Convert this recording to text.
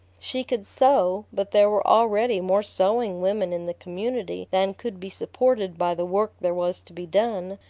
she could sew, but there were already more sewing women in the community than could be supported by the work there was to be done,